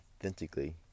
authentically